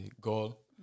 goal